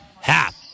half